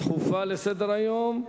דחופות לסדר-היום מס'